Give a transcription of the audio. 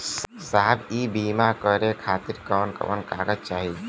साहब इ बीमा करें खातिर कवन कवन कागज चाही?